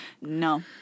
No